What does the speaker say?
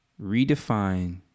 redefine